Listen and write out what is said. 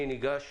אני ניגש